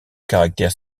caractère